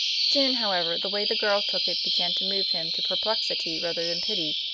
soon, however, the way the girl took it began to move him to perplexity rather than pity.